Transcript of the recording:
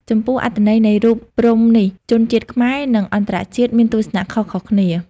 ចំពោះអត្ថន័យនៃរូបព្រហ្មនេះ ជនជាតិខ្មែរនិងអន្តរជាតិមានទស្សនៈខុសៗគ្នា។